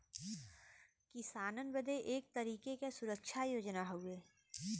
किसानन बदे एक तरीके के सुरक्षा योजना हउवे